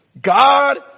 God